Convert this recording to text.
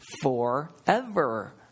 forever